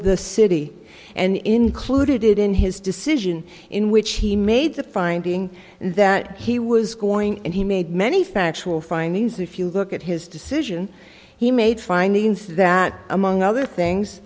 the city and included it in his decision in which he made the finding that he was going and he made many factual findings if you look at his decision he made findings that among other things